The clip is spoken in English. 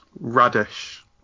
Radish